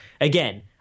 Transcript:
Again